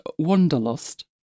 Wonderlust